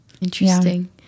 interesting